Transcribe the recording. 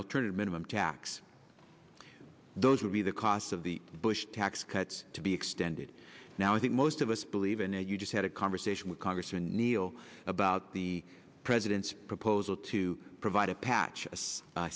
alternative minimum tax those would be the cost of the bush tax cuts to be extended now i think most of us believe and you just had a conversation with congressman neal about the president's proposal to provide a patch